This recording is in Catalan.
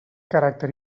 caràcter